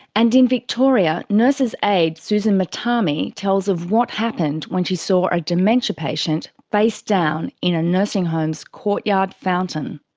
and in victoria, nurse's aide susan mutami tells of what happened when she saw a dementia patient facedown in a nursing home's courtyard fountain.